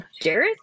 Jared